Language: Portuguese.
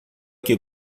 que